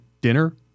dinner